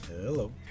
Hello